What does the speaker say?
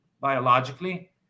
biologically